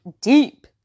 deep